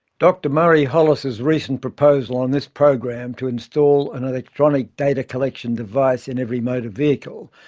dr murray hollis's recent proposal on this program to install an electronic data-collection device in every motor vehicle,